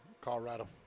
Colorado